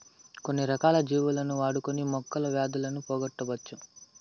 కొన్ని రకాల జీవులను వాడుకొని మొక్కలు వ్యాధులను పోగొట్టవచ్చు